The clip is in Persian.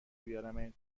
بیارمت